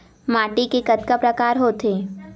माटी के कतका प्रकार होथे?